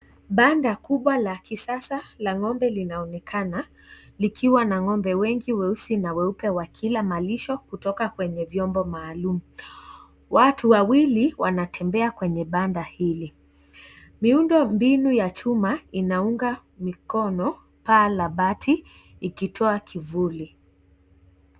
Panda kubwa la kisasa la ng'ombe linaonekana, ikiwa na ng'ombe wengi weusi wa Kila malisho kutoka kwenye vyombo maalum, watu wawili wanatembea kwenye panda hili. Miundo mbinu ya chuma inaunga mikono paa la mabati ikitoa kivuli.